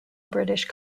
british